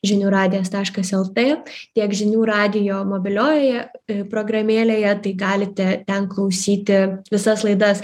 žinių radijas taškas lt tiek žinių radijo mobiliojoje programėlėje tai galite ten klausyti visas laidas